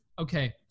okay